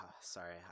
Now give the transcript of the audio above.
Sorry